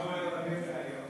מה בוער להביא את זה היום?